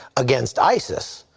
against isis.